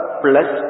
plus